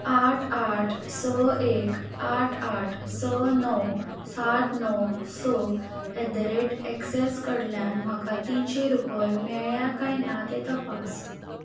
आठ आठ स एक आठ आठ स नव सात णव स एट द रेट एक्सॅस कडल्यान म्हाका तिनशीं रुपया मेळ्ळ्या कांय ना तें तपास